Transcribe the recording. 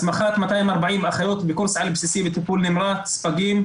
הסמכת 240 אחיות בקורס על בסיסי בטיפול נמרץ פגים,